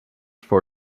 for